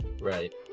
Right